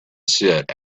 sit